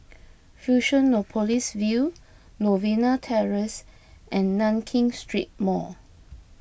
Fusionopolis View Novena Terrace and Nankin Street Mall